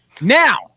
Now